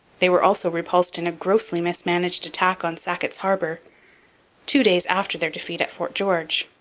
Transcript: they were also repulsed in a grossly mismanaged attack on sackett's harbour two days after their defeat at fort george.